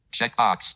Checkbox